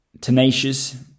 tenacious